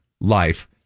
Life